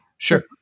Sure